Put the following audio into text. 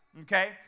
okay